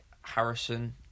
Harrison